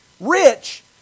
Rich